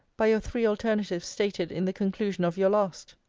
by your three alternatives stated in the conclusion of your last.